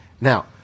Now